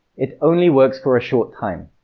it only works for a short time.